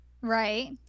Right